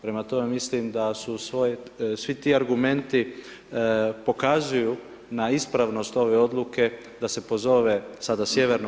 Prema tome, mislim da su si ti argumenti pokazuju na ispravnost ove odluke da se pozove, sada Sj.